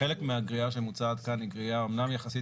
חלק מהגריעה שמוצעת כאן היא אמנם יחסית